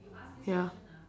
ya